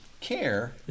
care